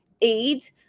aid